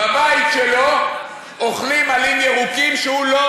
בבית שלו אוכלים עלים ירוקים שהוא לא